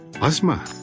Asma